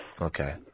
Okay